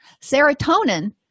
Serotonin